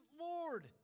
Lord